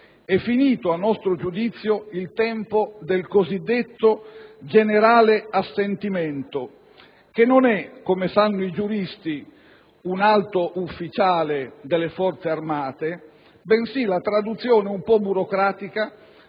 È finito a nostro giudizio il tempo del cosiddetto generale assentimento, che non è, come sanno i giuristi, un alto ufficiale delle Forze armate, bensì la traduzione un po' burocratica